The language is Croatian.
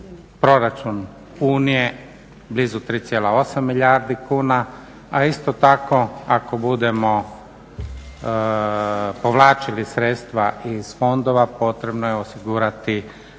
proračun Unije blizu 3,8 milijardi kuna. A isto tako ako budemo povlačili sredstva iz fondova potrebno je osigurati